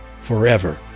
forever